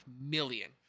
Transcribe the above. million